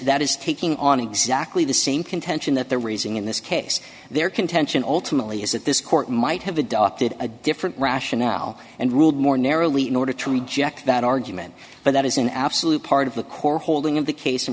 taking on exactly the same contention that they're raising in this case their contention ultimately is that this court might have adopted a different rationale and ruled more narrowly in order to reject that argument but that is an absolute part of the core holding